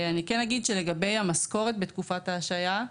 לגבי המשכורת בתקופת ההשעיה,